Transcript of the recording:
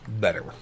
better